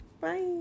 Bye